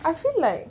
I feel like